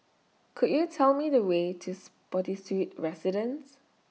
Could YOU Tell Me The Way to Spottiswoode Residences